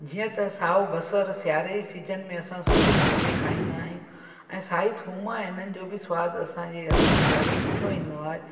जीअं त साओ बसर सियारे जी सीजन में असां सुठे नमूने खाईंदा आहियूं ऐं साई थूम इन्हनि जो बि स्वादु असांजे हथु में ॾाढो सुठो ईंदो आहे